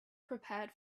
prepared